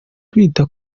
kwita